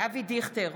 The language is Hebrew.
אבי דיכטר,